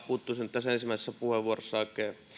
puuttuisin tässä ensimmäisessä puheenvuorossa